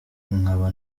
nkaba